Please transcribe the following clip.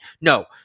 No